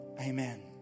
amen